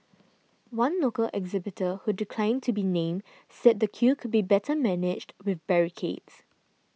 one local exhibitor who declined to be named said the queue could be better managed with barricades